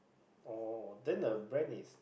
oh then the brand is